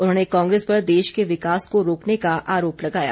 उन्होंने कांग्रेस पर देश के विकास को रोकने का आरोप लगाया